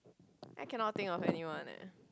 I cannot think of anyone eh